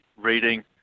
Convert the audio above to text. reading